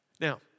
Now